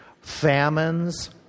famines